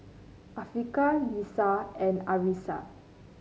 Afiqah Lisa and Arissa